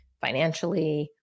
financially